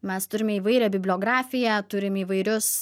mes turime įvairią bibliografiją turime įvairius